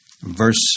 Verse